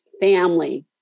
family